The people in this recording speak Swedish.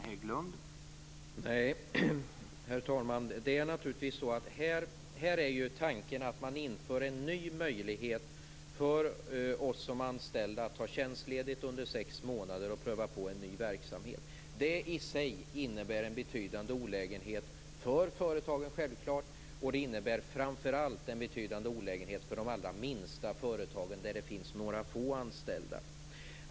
Herr talman! Tanken är att man inför en ny möjlighet för anställda att ta tjänstledigt under sex månader och pröva på en ny verksamhet. Det i sig innebär självfallet en betydande olägenhet för företagen. Det innebär framför allt en betydande olägenhet för de allra minsta företagen, där det finns några få anställda.